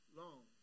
long